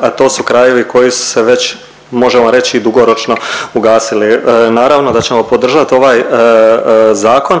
a to su krajevi koji su se već možemo reći dugoročno ugasili. Naravno da ćemo podržat ovaj zakon,